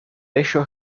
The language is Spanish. ello